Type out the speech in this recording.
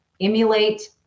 emulate